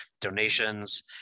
donations